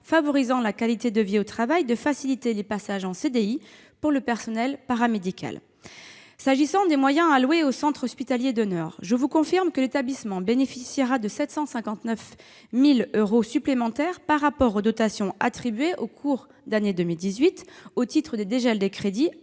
favorisant la qualité de vie au travail et de faciliter les passages en CDI pour le personnel paramédical. S'agissant des moyens alloués au centre hospitalier de Niort, je vous confirme que l'établissement bénéficiera de 759 000 euros supplémentaires par rapport aux dotations attribuées en cours d'année 2018, au titre du dégel des crédits